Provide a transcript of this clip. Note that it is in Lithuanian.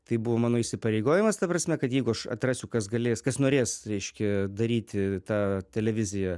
tai buvo mano įsipareigojimas ta prasme kad jeigu aš atrasiu kas galės kas norės reiškia daryti tą televiziją